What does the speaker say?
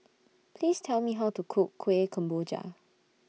Please Tell Me How to Cook Kuih Kemboja